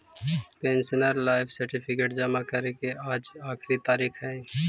pensioner life certificate जमा करे के आज आखिरी तारीख हइ